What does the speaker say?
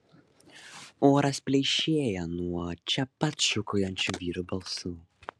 oras pleišėja nuo čia pat šūkaujančių vyrų balsų